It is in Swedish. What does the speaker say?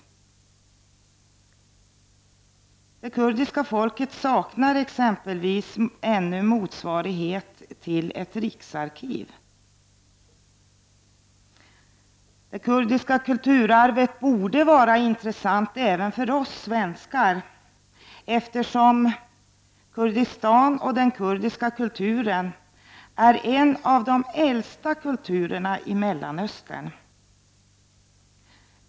Det kurdiska folket saknar t.ex. ännu motsvarighet till riksarkiv. Det kurdiska kulturarvet borde vara intressant även för oss svenskar, eftersom den kurdiska kulturen är en av de äldsta kulturerna i Mellanöstern.